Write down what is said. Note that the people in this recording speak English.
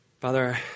Father